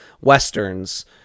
westerns